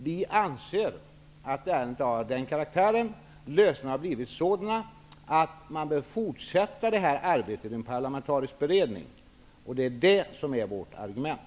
Vi anser dock att ärendet är av den karaktären och att lösningarna har blivit sådana att man bör fortsätta med detta arbete i en parlamentarisk beredning, och det är det som är vårt argument.